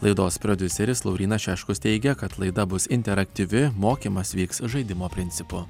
laidos prodiuseris laurynas šeškus teigia kad laida bus interaktyvi mokymas vyks žaidimo principu